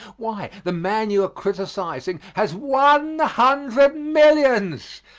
why, the man you are criticising has one hundred millions,